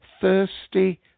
thirsty